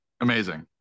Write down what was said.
amazing